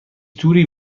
توری